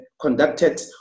conducted